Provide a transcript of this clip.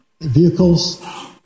vehicles